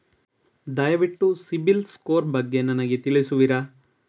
ದಯವಿಟ್ಟು CIBIL score ಬಗ್ಗೆ ನನಗೆ ತಿಳಿಸುವಿರಾ?